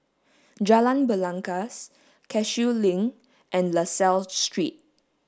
Jalan Belangkas Cashew Link and La Salle Street